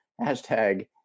hashtag